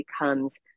becomes